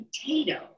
potato